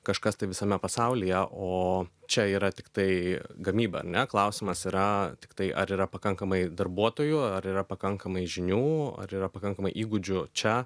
kažkas tai visame pasaulyje o čia yra tiktai gamyba ar ne klausimas yra tiktai ar yra pakankamai darbuotojų ar yra pakankamai žinių ar yra pakankamai įgūdžių čia